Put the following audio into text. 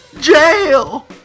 jail